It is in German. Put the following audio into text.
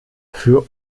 für